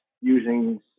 using